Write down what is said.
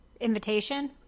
invitation